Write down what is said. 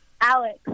Alex